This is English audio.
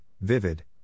vivid